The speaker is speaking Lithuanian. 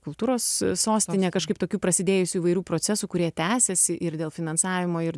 kultūros sostinė kažkaip tokių prasidėjusių įvairių procesų kurie tęsiasi ir dėl finansavimo ir